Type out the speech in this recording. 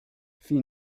fin